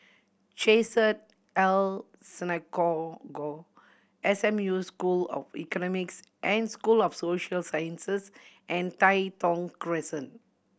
Chesed El Synagogue S M U School of Economics and School of Social Sciences and Tai Thong Crescent